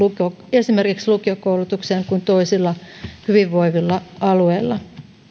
esimerkiksi lukiokoulutukseen kuin toisilta hyvinvoivilta alueilta